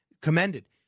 commended